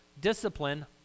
discipline